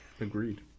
Agreed